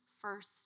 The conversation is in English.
first